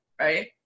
right